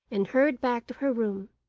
and hurried back to her room.